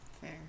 Fair